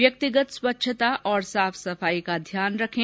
व्यक्तिगत स्वच्छता और साफ सफाई का ध्यान रखें